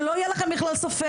שלא יהיה לכם בכלל ספק.